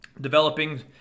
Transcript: developing